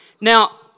Now